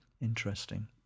interesting